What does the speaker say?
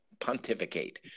pontificate